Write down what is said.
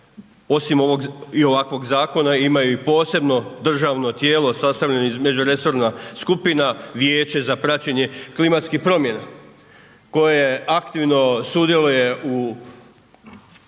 osim ovog i ovakvog zakona imaju i posebno državno tijelo sastavljena međuresorna skupina, Vijeće za praćenje klimatskih promjena koje aktivno sudjeluje u